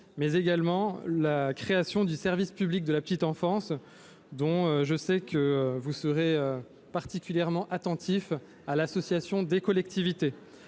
mais également la création du service public de la petite enfance- et je sais que vous serez particulièrement attentifs à ce que les collectivités